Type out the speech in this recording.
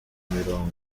mirongo